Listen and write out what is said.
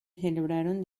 celebraron